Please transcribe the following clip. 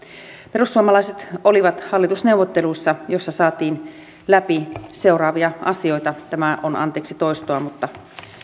perussuomalaiset olivat hallitusneuvotteluissa joissa saatiin läpi seuraavia asioita tämä on anteeksi toistoa mutta